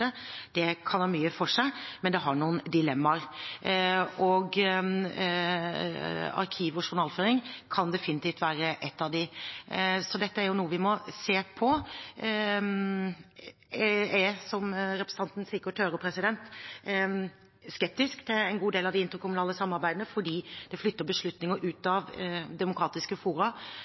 Det kan ha mye for seg, men det har noen dilemmaer. Arkiv- og journalføring kan definitivt være et av dem, så dette er noe vi må se på. Jeg er, som representanten sikkert hører, skeptisk til en god del av de interkommunale samarbeidene fordi det flytter beslutninger ut av demokratiske fora,